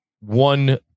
one